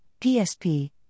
PSP